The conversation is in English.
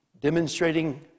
demonstrating